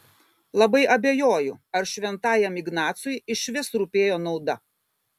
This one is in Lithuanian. labai abejoju ar šventajam ignacui išvis rūpėjo nauda